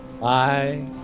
Bye